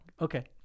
Okay